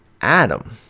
Adam